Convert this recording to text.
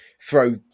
throw